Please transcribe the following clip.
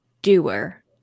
doer